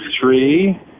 three